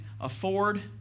afford